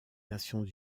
nations